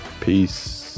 Peace